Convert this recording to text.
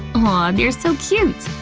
um they're so cute!